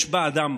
יש בה אדם,